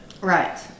Right